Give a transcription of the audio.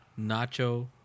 nacho